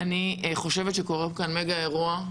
אני חושבת שקורה כאן מגה אירוע.